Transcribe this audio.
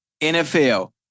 NFL